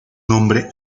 nombre